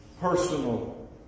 personal